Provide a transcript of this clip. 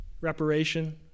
reparation